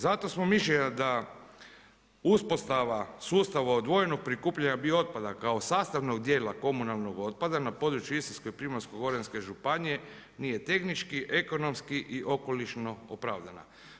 Zato smo mišljenja da uspostava sustava odvojenog prikupljanja bio otpada, kao sastavnog dijela komunalnog otpada, na području Istarske i Primorsko goranske županije, nije tehnički, ekonomski i okolišno opravdana.